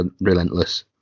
relentless